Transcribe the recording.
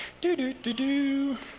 Do-do-do-do